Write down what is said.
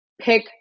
pick